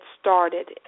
started